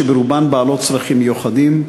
ברובן בעלות צרכים מיוחדים.